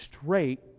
straight